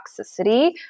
toxicity